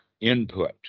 input